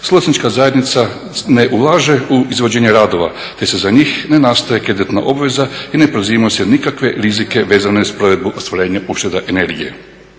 suvlasnička zajednica ne ulaže u izvođenje radova, te za njih ne nastaje kreditna obveza i ne preuzimaju nikakve rizike vezane uz provedbu ostvarenja ušteda energije.